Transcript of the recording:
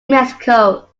mexico